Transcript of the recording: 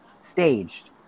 staged